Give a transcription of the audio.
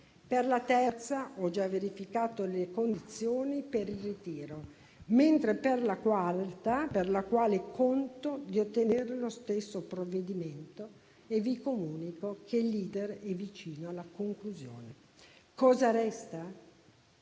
per la terza ho già verificato le condizioni per il ritiro, mentre per la quarta - per la quale conto di ottenere lo stesso provvedimento - vi comunico che l'*iter* è vicino alla conclusione. Cosa resta?